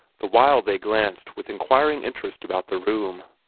the while they glanced with inquiring interest about the room,